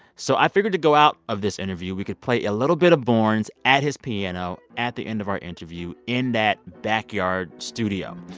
so i figured to go out of this interview, we could play a little bit of borns at his piano at the end of our interview in that backyard studio.